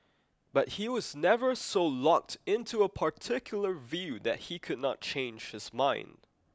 but he was never so locked in to a particular view that he could not change his mind